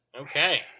Okay